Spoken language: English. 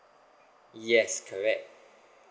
yes correct